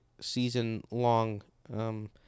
season-long